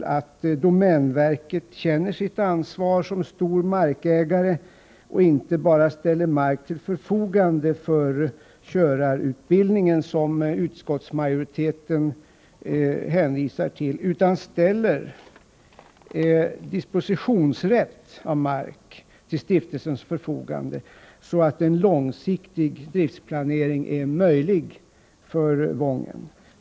viktigt att domänverket känner sitt ansvar som stor markägare och inte bara ställer mark till förfogande för körarutbildningen, som utskottsmajoriteten hänvisar till, utan också ger stiftelsen dispositionsrätt när det gäller mark, så att en långsiktig driftsplanering är möjlig för Wången.